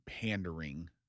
pandering